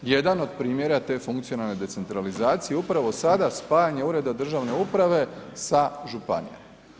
Jedan od primjera te funkcionalne decentralizacije upravo sada spajanje ureda državne uprave sa županijama.